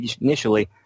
initially